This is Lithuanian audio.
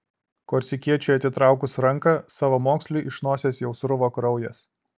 korsikiečiui atitraukus ranką savamoksliui iš nosies jau sruvo kraujas